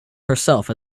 herself